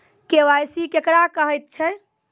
KYC केकरा कहैत छै?